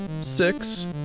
six